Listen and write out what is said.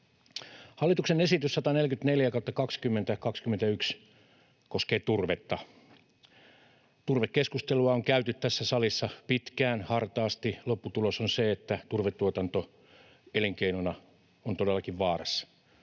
Hallituksen esitys 144/2021 koskee turvetta. Turvekeskustelua on käyty tässä salissa pitkään, hartaasti. Lopputulos on se, että turvetuotanto elinkeinona on todellakin vaarassa.